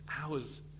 hours